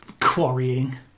quarrying